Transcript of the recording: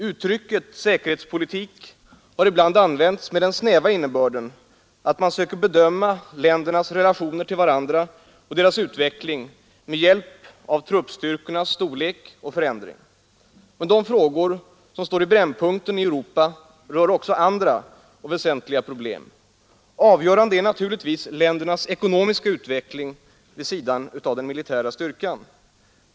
Uttrycket säkerhetspolitik har ibland använts med den snäva innebörden, att man söker bedöma ländernas relationer till varandra och deras utveckling med hjälp av truppstyrkornas storlek och förändring. Men de frågor som nu står i brännpunkten i Europa rör också andra och väsentliga problem. Avgörande är naturligtvis ländernas ekonomiska utveckling vid sidan av den militära styrkan.